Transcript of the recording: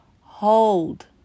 hold